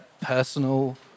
personal